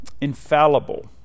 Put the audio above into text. Infallible